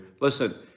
Listen